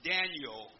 Daniel